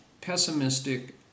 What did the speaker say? pessimistic